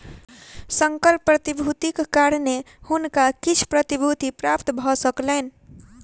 संकर प्रतिभूतिक कारणेँ हुनका किछ प्रतिभूति प्राप्त भ सकलैन